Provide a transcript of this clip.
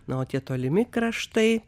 na o tie tolimi kraštai